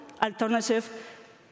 alternative